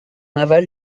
aval